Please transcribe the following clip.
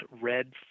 red